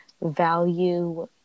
value